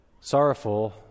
sorrowful